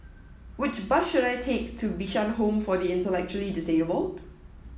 which bus should I take to Bishan Home for the Intellectually Disabled